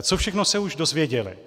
Co všechno se už dozvěděli?